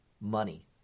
money